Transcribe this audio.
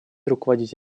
руководить